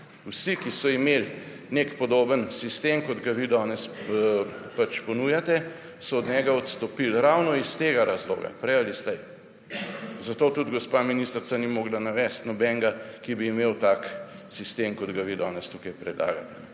Vsi, ki so imeli nek podoben sistem, kot ga vi danes ponujate, so od njega odstopili ravno iz tega razloga, prej ali slej. Zato tudi gospa ministrica ni mogla navesti nobenega, ki bi imel tak sistem, kot ga vi danes tukaj predlagate.